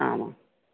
आम् आम्